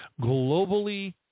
globally